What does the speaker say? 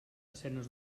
escenes